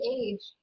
age